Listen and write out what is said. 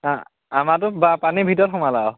আমাৰতো পানী ভিতৰত সোমালে আৰু